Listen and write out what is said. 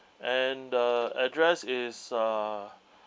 and the address is uh